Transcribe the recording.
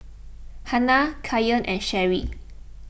Hanna Kyan and Sherry